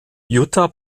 jutta